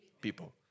people